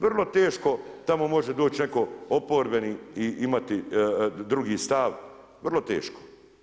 Vrlo teško tamo može doći netko oporbeni i imati drugi stav, vrlo teško.